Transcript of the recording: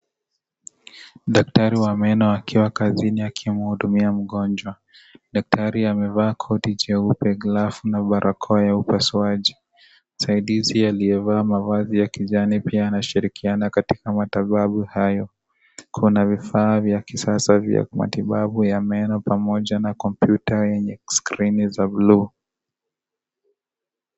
Dakatri wa meno akiwa kazini akimhudumia mgonjwa, daktari amevaa koti jeupe glavu na barakoa ya upasuaji, msaidizi aliyevaa mavazi ya kijani pia anashirikiana katika matibabu hayo kuna vifaa vya kisasa vya matibabu ya meno pamoja na kompyuta yenye skrini za blue